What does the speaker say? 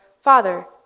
Father